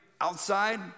outside